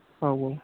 औ औ